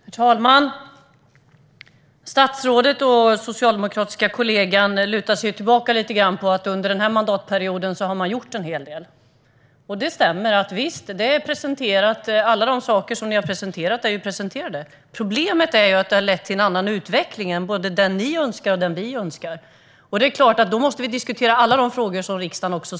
Herr talman! Statsrådet och hans socialdemokratiska kollega lutar sig tillbaka mot att de under denna mandatperiod har gjort en hel del. Det stämmer att ni har presenterat saker - problemet är att detta har lett till en annan utveckling än både den som ni önskar och den som vi önskar. Då måste vi diskutera alla de frågor som riksdagen ställer.